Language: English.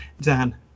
Dan